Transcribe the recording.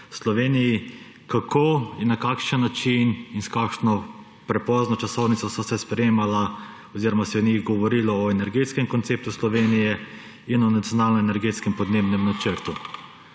v Sloveniji, kako in na kakšen način in s kakšno prepozno časovnico sta se sprejemala oziroma se je o njiju govorilo – o Energetskem konceptu Slovenije in o Nacionalnem energetskem in podnebnem načrtu.